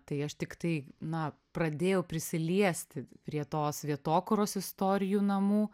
tai aš tiktai na pradėjau prisiliesti prie tos vietokūros istorijų namų